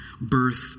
birth